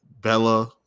Bella